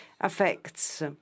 affects